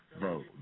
vote